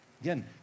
Again